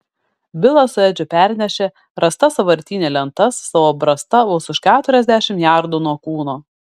bilas su edžiu pernešė rastas sąvartyne lentas savo brasta vos už keturiasdešimt jardų nuo kūno